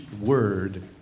word